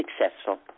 successful